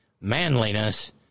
manliness